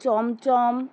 chamcham